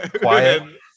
quiet